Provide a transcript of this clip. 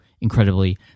incredibly